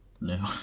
No